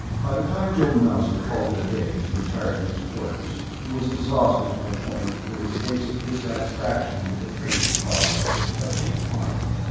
by the time joe mauser called it a day and retired to his quarters he was exhausted to the point where his basic dissatisfaction with the trade he followed was heavily upon him.